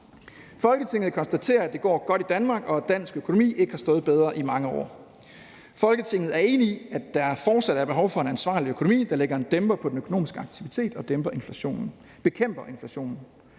»Folketinget konstaterer, at det går godt i Danmark, og at dansk økonomi ikke har stået bedre i mange år. Folketinget er enige i, at der fortsat er behov for en ansvarlig økonomi, der lægger en dæmper på den økonomiske aktivitet og bekæmper inflationen.